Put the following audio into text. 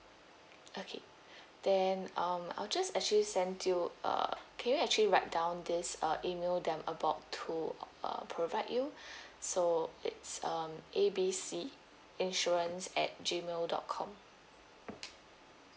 okay then um I'll just actually send you uh can you actually write down this uh email that I'm about to uh uh provide you so it's um A B C insurance at Gmail dot com